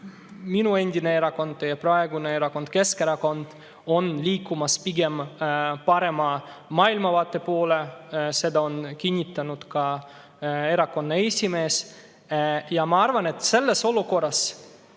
minu endine erakond, teie praegune erakond Keskerakond on liikumas pigem parempoolse maailmavaate poole – seda on kinnitanud ka erakonna esimees. Ma arvan, et selles olukorras,